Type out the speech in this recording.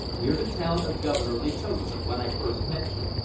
near to town of governor letotti, when i first met you.